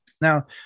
Now